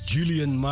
Julian